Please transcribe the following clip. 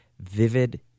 vivid